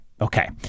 Okay